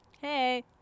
hey